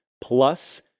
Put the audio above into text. Plus